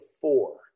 four